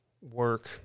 work